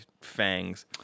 fangs